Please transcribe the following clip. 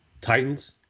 Titans